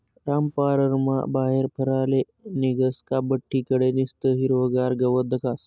रामपाररमा बाहेर फिराले निंघनं का बठ्ठी कडे निस्तं हिरवंगार गवत दखास